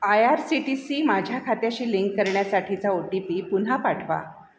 I R C T C माझ्या खात्याशी link करण्यासाठीचा ओ टी पी पुन्हा पाठवा